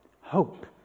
Hope